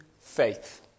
faith